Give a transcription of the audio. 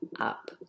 up